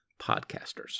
podcasters